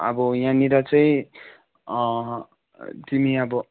अब यहाँनिर चाहिँ तिमी अब